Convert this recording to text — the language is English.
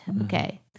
Okay